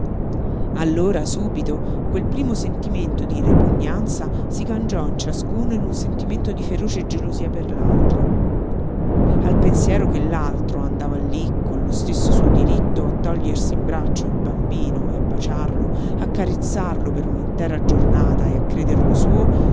allora subito quel primo sentimento di repugnanza si cangiò in ciascuno in un sentimento di feroce gelosia per l'altro al pensiero che l'altro andava lí con lo stesso suo diritto a togliersi in braccio il bambino e a baciarlo a carezzarlo per una intera giornata e a crederlo suo